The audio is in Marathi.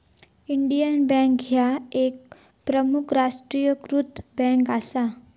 इंडियन बँक ह्या एक प्रमुख राष्ट्रीयीकृत बँक असा